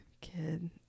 kid